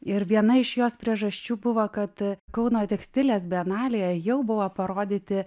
ir viena iš jos priežasčių buvo kad kauno tekstilės bienalėje jau buvo parodyti